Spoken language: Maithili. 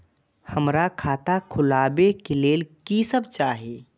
हमरा खाता खोलावे के लेल की सब चाही?